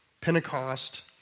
Pentecost